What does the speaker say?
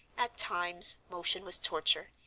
at times motion was torture,